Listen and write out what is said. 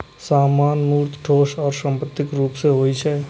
सामान मूर्त, ठोस आ संपत्तिक रूप मे होइ छै